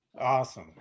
Awesome